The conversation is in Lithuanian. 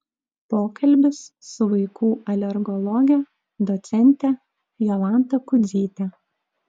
pokalbis su vaikų alergologe docente jolanta kudzyte